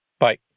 bye